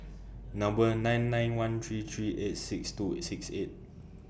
Number nine nine one three three eight six two six eight